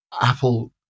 apple